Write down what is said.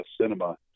Cinema